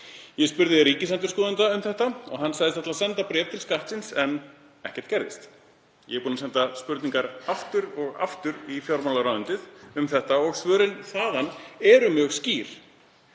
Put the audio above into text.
Ég spurði ríkisendurskoðanda um þetta og hann sagðist ætla að senda bréf til Skattsins, en ekkert gerðist. Ég er búinn að senda spurningar aftur og aftur í fjármálaráðuneytið um þetta og svörin þaðan eru mjög skýr: